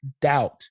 doubt